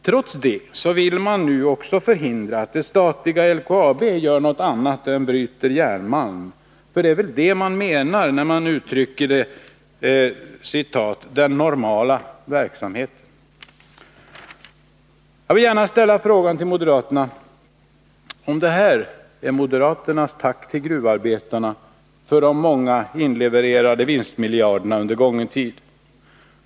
Trots det vill man nu också förhindra att det statliga LKAB gör något annat än bryter järnmalm, för det är väl det man menar med uttrycket ”den normala verksamheten”. Jag vill gärna fråga moderaterna: Är detta moderaternas tack till gruvarbetarna för de många inlevererade vinstmiljarderna under gången tid?